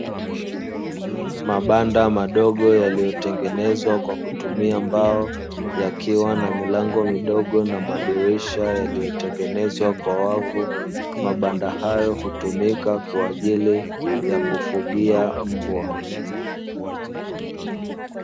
Mabanda madogo yaliyo tengenezwa kwa kutumia mbao, yakiwa na milango midogo na madirisha yaliyo tengenezwa kwa wavu, mabanda hayo hutumika kwa ajili ya kufugia mbwa.